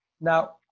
Now